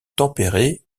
tempérée